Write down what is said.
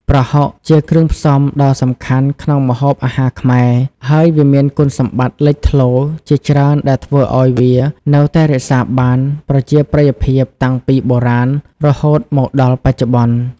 ប្រហុក ជាគ្រឿងផ្សំដ៏សំខាន់ក្នុងម្ហូបអាហារខ្មែរ ហើយវាមានគុណសម្បត្តិលេចធ្លោជាច្រើនដែលធ្វើឱ្យវានៅតែរក្សាបានប្រជាប្រិយភាពតាំងពីបុរាណរហូតមកដល់បច្ចុប្បន្ន។